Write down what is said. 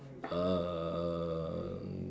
um